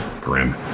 grim